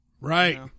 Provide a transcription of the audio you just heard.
right